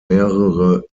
mehrere